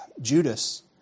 Judas